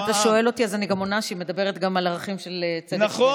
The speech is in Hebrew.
אם אתה שואל אותי אז אני עונה שהיא מדברת גם על ערכים של צדק ושוויון.